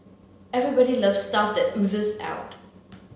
everybody loves stuff that oozes out